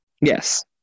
Yes